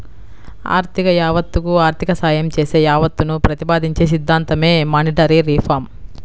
ఆర్థిక యావత్తకు ఆర్థిక సాయం చేసే యావత్తును ప్రతిపాదించే సిద్ధాంతమే మానిటరీ రిఫార్మ్